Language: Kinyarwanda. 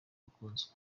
bakunzwe